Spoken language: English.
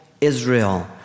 Israel